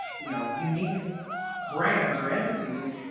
you know, unique brands or entities,